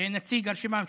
כנציג הרשימה המשותפת.